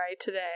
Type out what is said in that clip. today